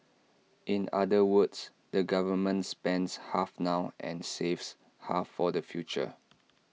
in other words the government spends half now and saves half for the future